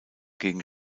gegen